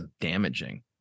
damaging